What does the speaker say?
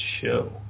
show